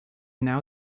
now